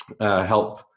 Help